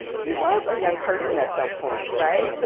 he was a young person at some point. right. so